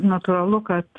natūralu kad